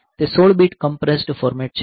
તે 16 bit compressed format છે